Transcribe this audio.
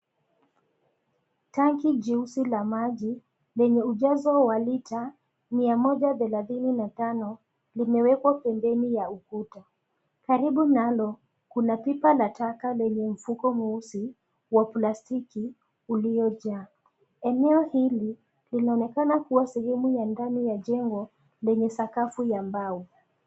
Tanki jeusi la maji, lenye ujazo wa lita, miamoja thelathini na tano, limewekwa pembeni ya ukuta. Karibu nalo, kuna pipa la taka lenye mfuko mweusi, wa plastiki uliojaa. Eneo hili, linaonekana kua sehemu ya ndani ya jengo, lenye sakafu ya mbao